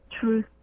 truth